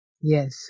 Yes